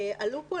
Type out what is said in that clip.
עלו פה,